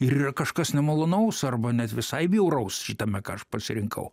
ir yra kažkas nemalonaus arba net visai bjauraus šitame ką aš pasirinkau